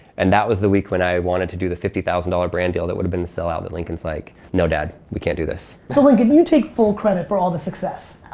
and that was the week when i wanted to do the fifty thousand dollars brand deal that would have been the sellout that lincoln's like, no dad, we can't do this. so lincoln, do you take full credit for all the success?